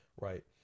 Right